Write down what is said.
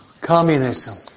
Communism